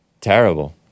Terrible